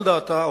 על דעתה,